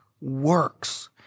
works